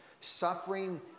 Suffering